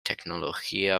tecnología